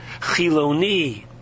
Chiloni